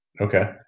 Okay